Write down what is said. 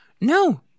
No